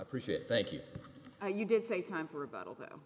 appreciate it thank you or you did say time for a battle though